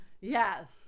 Yes